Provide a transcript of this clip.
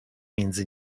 między